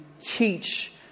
teach